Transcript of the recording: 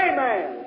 Amen